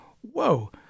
Whoa